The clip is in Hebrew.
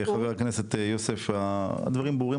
חבר הכנסת יוסף הדברים ברורים,